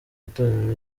itorero